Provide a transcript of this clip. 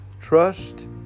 Trust